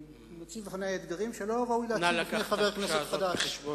מציבים בפני אתגרים שלא ראוי להציב בפני חבר כנסת חדש.